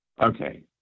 Okay